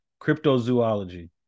cryptozoology